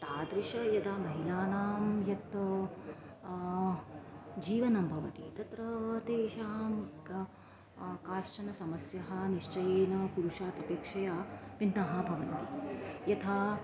तादृश यथा महिलानां यत् जीवनं भवति तत्र तेषां क काचन समस्याः निश्चयेन पुरुषात् अपेक्षया भिन्नाः भवन्ति यथा